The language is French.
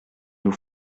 nous